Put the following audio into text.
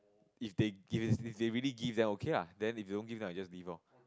if they if they really give then okay ah then if they don't give then I just leave loh